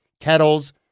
kettles